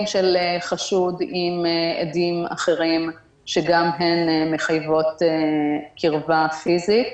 של חשוד עם עדים אחרים שגם הן מחייבות קרבה פיזית.